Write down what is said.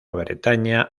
bretaña